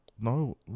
no